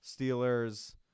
Steelers